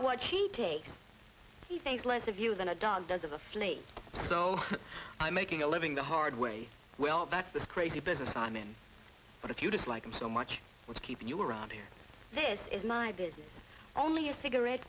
what he takes he thinks less of you than a dog does of a flea so i'm making a living the hard way well that's this crazy business i'm in but if you dislike him so much what's keeping you around here this is my business only a cigarette